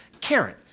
Karen